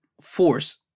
force